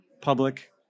public